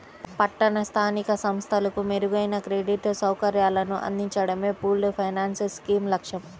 పట్టణ స్థానిక సంస్థలకు మెరుగైన క్రెడిట్ సౌకర్యాలను అందించడమే పూల్డ్ ఫైనాన్స్ స్కీమ్ లక్ష్యం